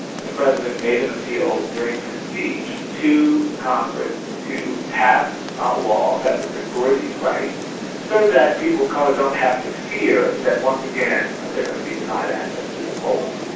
and the president made an appeal during his speech to congress to pass a law that would restore these rights so that people of colour don't have to fear that once again they're going to be denied access to the polls.